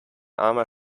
armer